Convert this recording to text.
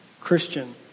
Christian